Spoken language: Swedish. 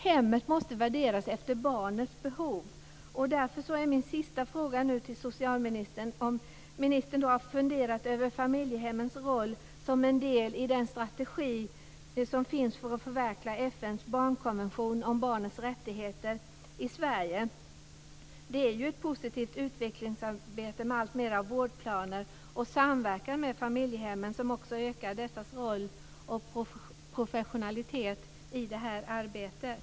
Hemmet måste värderas efter barnets behov, och därför är min sista fråga nu till socialministern om ministern har funderat över familjehemmens roll som en del i den strategi som finns för att förverkliga FN:s barnkonvention om barnens rättigheter i Sverige. Det är ju ett positivt utvecklingsarbete med alltmer av vårdplaner och samverkan med familjehemmen som också ökar dessas roll och professionalitet i det här arbetet.